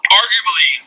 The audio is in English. arguably